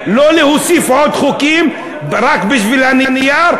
לא להוסיף עוד חוקים רק בשביל הנייר,